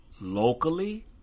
locally